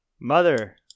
Mother